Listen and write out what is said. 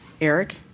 Eric